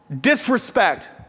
disrespect